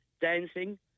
dancing